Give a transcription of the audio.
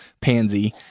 Pansy